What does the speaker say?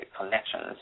connections